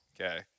Okay